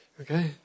okay